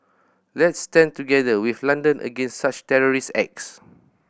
let's stand together with London against such terrorist acts